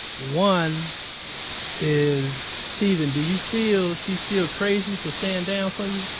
one is steven, do you feel she's still crazy for staying down for you?